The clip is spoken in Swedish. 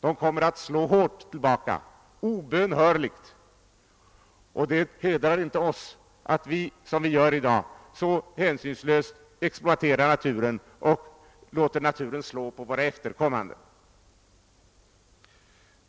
De kommer obönhörligen att slå hårt tillbaka, och det hedrar inte oss att vi i dag så hänsynslöst exploaterar naturen och låter detta slag drabba våra efterkommande.